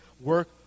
work